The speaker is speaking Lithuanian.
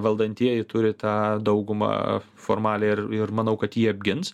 valdantieji turi tą daugumą formalią ir ir manau kad jį apgins